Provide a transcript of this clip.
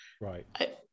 Right